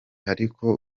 ariko